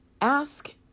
ask